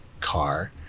car